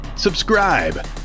subscribe